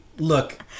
Look